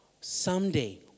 someday